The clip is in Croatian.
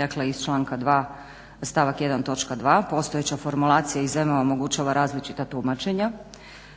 dakle iz članka 2. stavak 1. točka 2. postojeća formulacija iz … omogućava različita tumačenja.